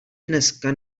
dneska